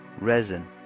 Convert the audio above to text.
resin